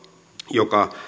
joka